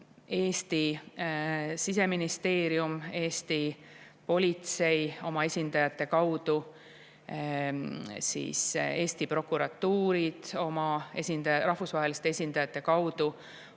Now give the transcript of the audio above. Eesti Siseministeerium, Eesti politsei oma esindajate kaudu ja Eesti prokuratuur oma rahvusvaheliste esindajate kaudu